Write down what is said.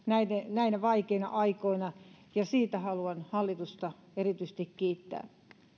näinä vaikeina aikoina ja siitä haluan hallitusta erityisesti kiittää